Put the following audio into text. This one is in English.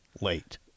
late